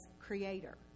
Creator